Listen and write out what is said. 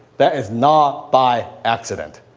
that is not by accident.